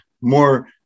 more